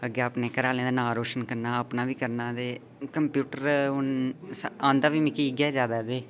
अग्गें अपने घरे आह्लें दा नांऽ रोशन करना अपना बी करना ते कंप्यूटर हून औंदा बी मिकी इ'यै जैदा ते